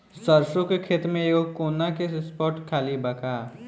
सरसों के खेत में एगो कोना के स्पॉट खाली बा का?